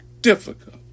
difficult